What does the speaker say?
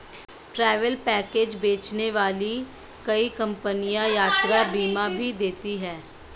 travel package बेचने वाली कई कंपनियां यात्रा बीमा भी देती हैं